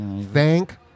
thank